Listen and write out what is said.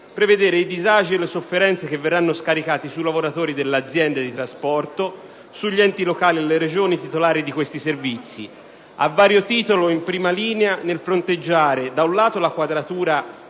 prevedere i disagi e le sofferenze che verranno scaricati sui lavoratori delle aziende di trasporto e sugli enti locali e le Regioni, titolari di questi servizi a vario titolo, in prima linea nel far fronte alla quadratura